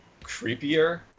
creepier